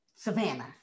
Savannah